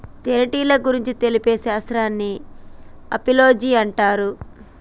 తేనెటీగల గురించి తెలిపే శాస్త్రాన్ని ఆపిలోజి అంటారు